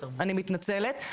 אני מתנצלת,